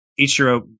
Ichiro